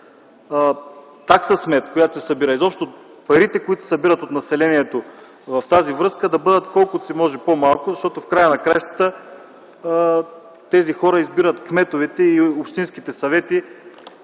такса „Смет”, която се събира, изобщо парите, които събират от населението в тази връзка, да бъдат колкото се може по-малко, защото в края на краищата тези хора избират кметовете и общинските съвети